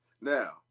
Now